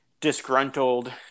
disgruntled